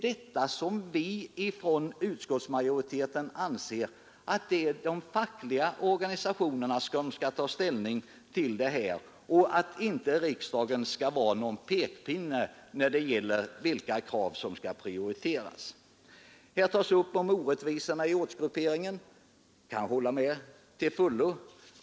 Inom utskottsmajoriteten anser vi alltså att det är de fackliga organisationerna som skall ta ställning till dessa frågor. Riksdagen bör inte komma med några pekpinnar i fråga om vilka krav som skall prioriteras. Här har orättvisorna i ortsgrupperingen berörts. Jag kan hålla med till fullo.